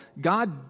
God